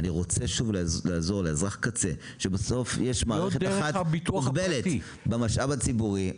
אני רוצה לעזור לאזרח קצה שבסוף יש מערכת אחת מוגבלת במשאב הציבורי,